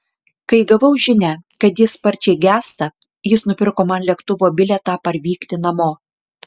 kai gavau žinią kad ji sparčiai gęsta jis nupirko man lėktuvo bilietą parvykti namo